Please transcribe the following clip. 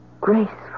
graceful